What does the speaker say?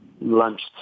lunch